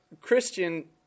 Christian